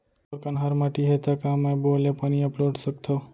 मोर कन्हार माटी हे, त का मैं बोर ले पानी अपलोड सकथव?